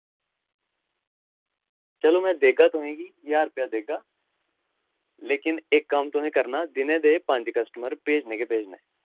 चलो में देगा तुसें गी ज्हार रपेया देगा लेकिन इक कम्म तुसें करना दिनें दे पंज कस्टमर भेजने गै भेजने